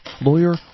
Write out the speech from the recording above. lawyer